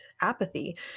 apathy